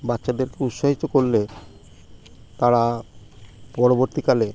বাচ্চাদেরকে উৎসাহিত করলে তারা পরবর্তীকালে